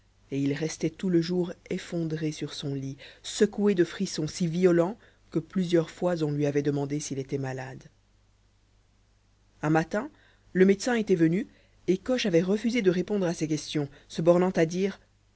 et il restait tout le jour effondré sur son lit secoué de frissons si violents que plusieurs fois on lui avait demandé s'il était malade un matin le médecin était venu et coche avait refusé de répondre à ses questions se bornant à dire